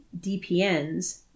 DPNs